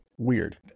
Weird